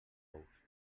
ous